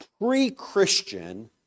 Pre-Christian